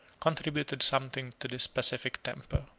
contributed something to this pacific temper.